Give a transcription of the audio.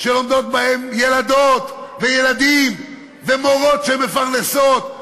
שלומדים בהם ילדות וילדים ומורות שמפרנסות,